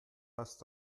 heißt